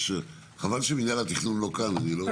חבל שמינהל התכנון לא כאן.